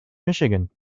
michigan